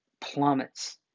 plummets